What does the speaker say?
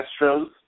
Astros